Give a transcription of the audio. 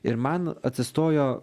ir man atsistojo